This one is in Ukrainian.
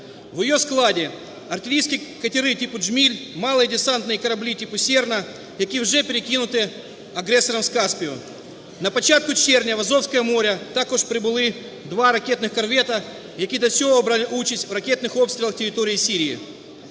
В її складі артилерійські катери типу "Джміль", малі десантні кораблі типа "Серна", які вже перекинуті агресором з Каспію. На початку червня в Азовське море також прибули два ракетних корвети, які до цього брали участь в ракетних обстрілах території Сирії.